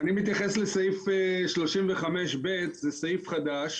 אני מתייחס לסעיף 35ב. זה סעיף חדש